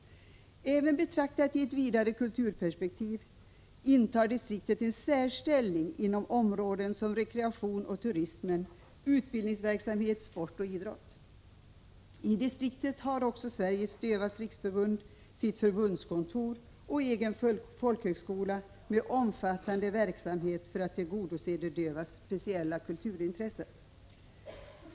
Även betraktat i ett vidare kulturperspektiv intar distriktet en särställning inom områden som rekreation och turism, utbildningsverksamhet, sport och idrott. I distriktet har också Sveriges Dövas riksförbund sitt förbundskontor och egen folkhögskola med omfattande verksamhet för att tillgodose de dövas speciella kulturintresse.